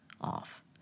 off